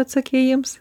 atsakei jiems